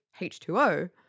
H2O